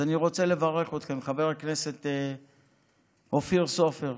אז אני רוצה לברך אתכם, חבר הכנסת אופיר סופר,